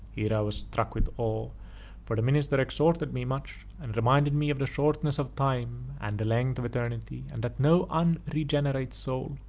here i was struck with awe for the minister exhorted me much and reminded me of the shortness of time, and the length of eternity, and that no unregenerate soul,